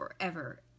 forever